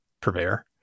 purveyor